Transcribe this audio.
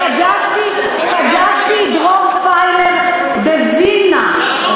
פגשתי את דרור פיילר בווינה,